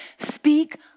speak